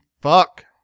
Fuck